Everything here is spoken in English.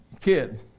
kid